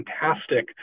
fantastic